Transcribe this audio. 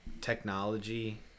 technology